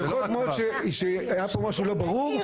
היה שם משהו לא ברור,